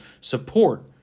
support